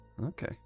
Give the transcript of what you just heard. Okay